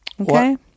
Okay